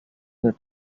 the